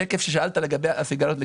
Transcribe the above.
לשקף עליו שאלת לגבי הסיגריות לגלגול.